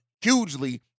hugely